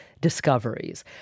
discoveries